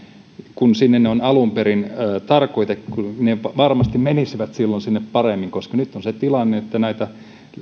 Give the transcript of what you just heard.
kun sinne ne on alun perin tarkoitettu ne varmasti menisivät silloin sinne paremmin koska nyt on se tilanne että näitä